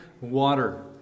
water